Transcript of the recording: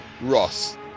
Ross